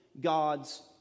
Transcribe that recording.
God's